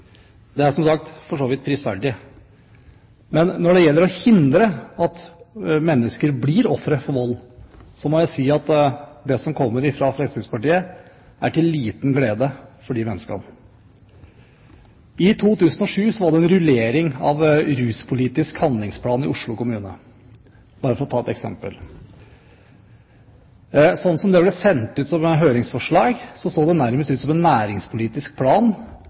for vold. Som sagt, er det for så vidt prisverdig. Men når det gjelder å hindre at mennesker blir ofre for vold, må jeg si at det som kommer fra Fremskrittspartiet, er til liten glede for de menneskene. I 2007 var det en rullering av ruspolitisk handlingsplan i Oslo kommune, bare for å ta ett eksempel. Slik som det ble sendt ut som høringsforslag, så det nærmest ut som en næringspolitisk plan